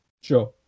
Sure